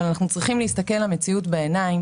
אנחנו צריכים להסתכל למציאות בעיניים,